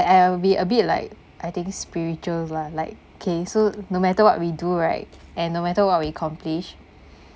I'll be a bit like I think spiritual lah like okay so no matter what we do right and no matter what we accomplish